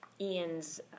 Ian's